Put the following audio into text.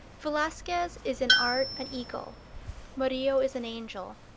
velazquez is in art an eagle murillo is an angel.